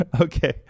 Okay